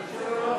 הוועדה,